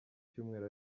cyumweru